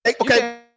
Okay